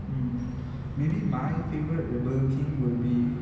mm maybe my favourite burger king will be